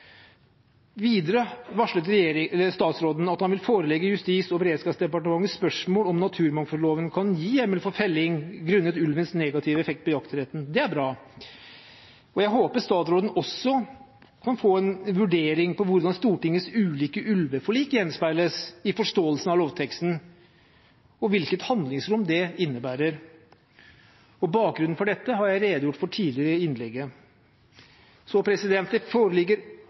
Videre varslet statsråden at han vil forelegge Justis- og beredskapsdepartementet spørsmålet om naturmangfoldloven kan gi hjemmel for felling grunnet ulvens negative effekt på jaktretten. Det er bra, og jeg håper statsråden også kan få en vurdering av hvordan Stortingets ulike ulveforlik gjenspeiles i forståelsen av lovteksten, og hvilket handlingsrom det innebærer. Bakgrunnen for dette har jeg redegjort for tidligere i innlegget. Det foreligger